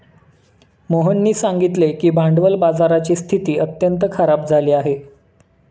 मोहननी सांगितले की भांडवल बाजाराची स्थिती अत्यंत खराब झाली आहे